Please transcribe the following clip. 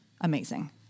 amazing